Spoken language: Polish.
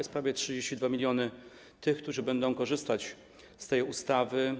Są prawie 32 mln osób, które będą korzystać z tej ustawy.